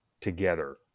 together